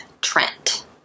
Trent